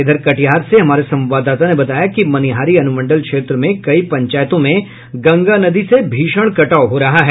इधर कटिहार से हमारे संवाददाता ने बताया कि मनिहारी अनुमंडल क्षेत्र में कई पंचायतों में गंगा नदी से भीषण कटाव हो रहा है